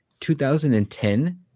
2010